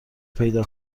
پیدا